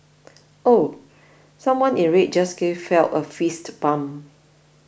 ooh someone in red just gave Phelps a fist bump